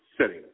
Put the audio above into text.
setting